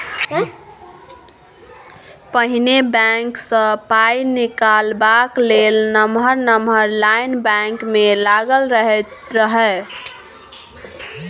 पहिने बैंक सँ पाइ निकालबाक लेल नमहर नमहर लाइन बैंक मे लागल रहैत रहय